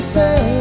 say